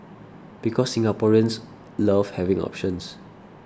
because Singaporeans love having options